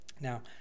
Now